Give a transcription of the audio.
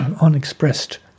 unexpressed